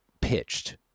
pitched